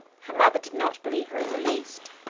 her mother did not believe her in the least,